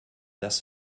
das